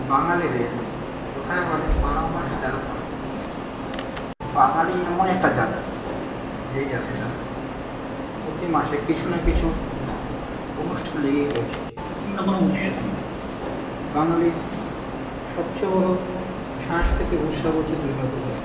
বাঙালিদের কথায় বলে বারো মাসে তেরো পার্বণ বাঙালি এমন একটা জাতি যেই জাতিটার প্রতি মাসে কিছু না কিছু অনুষ্ঠান লেগেই রয়েছে কোনও না কোনও উৎসব বাঙালির সবচেয়ে বড় সাংস্কৃতিক উৎসব হচ্ছে দুর্গা পুজো